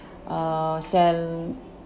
uh sell